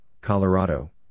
Colorado